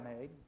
made